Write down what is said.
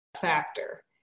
factor